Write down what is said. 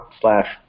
slash